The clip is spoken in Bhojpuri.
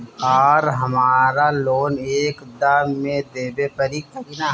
आर हमारा लोन एक दा मे देवे परी किना?